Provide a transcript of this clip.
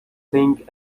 think